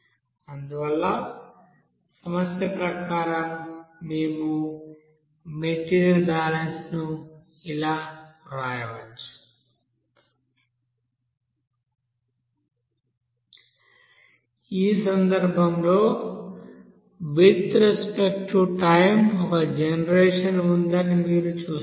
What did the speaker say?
అందువల్ల సమస్య ప్రకారం మేము మెటీరియల్ బాలన్స్ ను ఇలా వ్రాయవచ్చు ఈ సందర్భంలో విత్ రెస్పెక్ట్ టు టైం ఒక జనరేషన్ ఉందని మీరు చూస్తారు